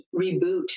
reboot